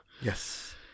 Yes